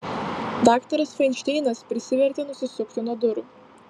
daktaras fainšteinas prisivertė nusisukti nuo durų